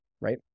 right